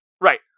Right